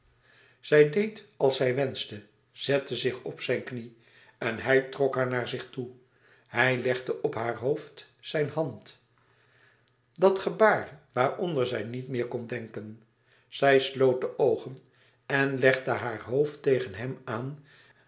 zij deed als hij wenschte zette zich op zijn knie en hij trok haar naar zich toe hij legde op haar hoofd zijn hand dat gebaar waaronder zij niet meer kon denken zij sloot de oogen en legde haar hoofd tegen hem aan